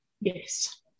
Yes